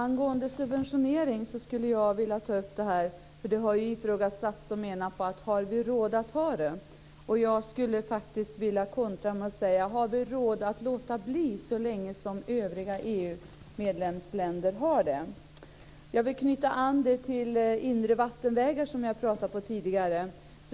Fru talman! Jag skulle vilja ta upp subventioneringen. Det har ifrågasatts om vi har råd att ha den. Jag skulle faktiskt vilja kontra med att säga: Har vi råd att låta bli, så länge övriga EU-medlemsländer har subventioner? Jag vill knyta an till inre vattenvägar, som jag pratade om tidigare.